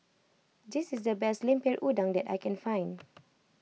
this is the best Lemper Udang that I can find